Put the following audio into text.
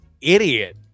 idiot